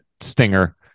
stinger